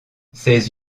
ses